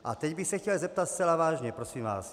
A teď bych se chtěl zeptat zcela vážně, prosím vás.